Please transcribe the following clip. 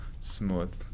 smooth